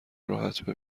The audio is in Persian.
راحت